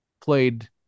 played